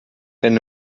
wenn